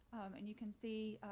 and you can see